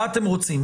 מה אתם רוצים?